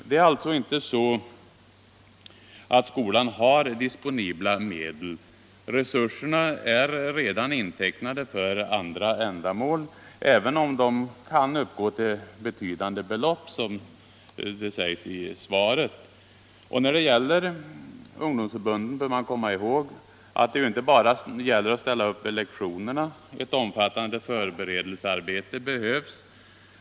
Det är inte heller så att skolan har disponibla medel. Resurserna är redan intecknade för andra ändamål även om de statliga bidragen kan uppgå till betydande belopp, som det sägs i svaret. När det gäller ungdomsförbunden bör man komma ihåg att det inte bara är fråga om att ställa upp vid lektionerna. Ett omfattande tförbe redelsearbete behövs.